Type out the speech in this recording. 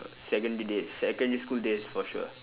secondary days secondary school days for sure